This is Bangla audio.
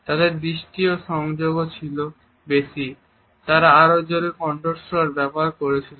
তাদের দৃষ্টি সংযোগও ছিল বেশি এবং তারা আরও জোরে কণ্ঠস্বর ব্যবহার করছিলেন